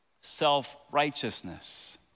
self-righteousness